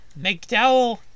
McDowell